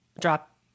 drop